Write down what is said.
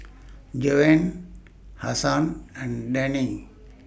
Joanne Hasan and Dani